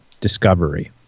discovery